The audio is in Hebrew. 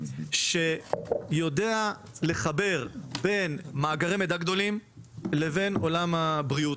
שיודע לחבר בין מאגרי מידע גדולים לבין עולם הבריאות.